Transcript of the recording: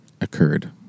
occurred